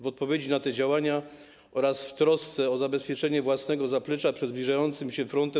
W odpowiedzi na te działania oraz w trosce o zabezpieczenie własnego zaplecza przed zbliżającym się frontem